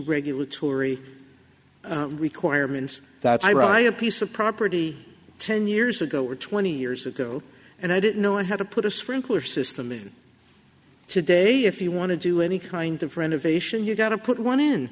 regulatory requirements that i write a piece of property ten years ago or twenty years ago and i didn't know how to put a sprinkler system in today if you want to do any kind of renovation you've got to put one in